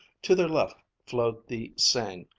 to their left flowed the seine,